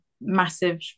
massive